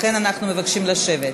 לכן אנחנו מבקשים לשבת.